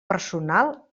personal